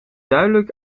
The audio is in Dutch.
duidelijk